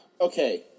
Okay